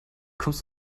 kommst